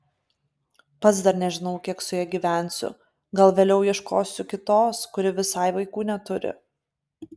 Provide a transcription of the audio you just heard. pats dar nežinau kiek su ja gyvensiu gal vėliau ieškosiuosi kitos kuri visai vaikų neturi